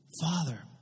Father